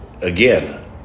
again